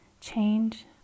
change